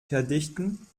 verdichten